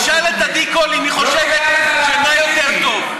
תשאל את עדי קול אם היא חושבת שאתה יותר טוב.